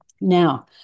Now